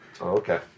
okay